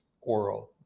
oral